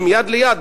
מיד ליד,